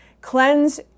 Cleanse